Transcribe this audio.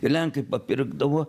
ir lenkai papirkdavo